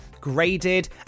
graded